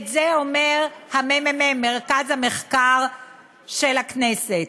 את זה אומר הממ"מ, מרכז המחקר והמידע של הכנסת.